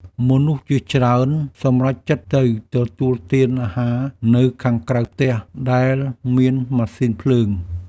មនុស្សជាច្រើនសម្រេចចិត្តទៅទទួលទានអាហារនៅខាងក្រៅផ្ទះ ដែលមានម៉ាស៊ីនភ្លើង។